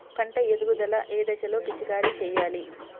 పంట ఎదుగుదల ఏ దశలో పిచికారీ చేయాలి?